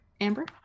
Amber